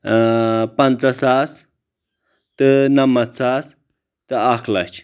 اۭں پنٛژاہ ساس تہٕ نمتھ ساس تہٕ اکھ لچھ